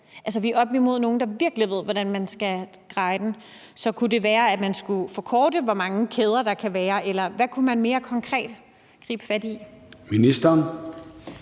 Altså, vi er oppe imod nogle, der virkelig ved, hvordan man skal greje den. Så kunne det være, at man skulle formindske antallet af kæder, der kan være? Eller hvad kunne man mere konkret gribe fat i? Kl.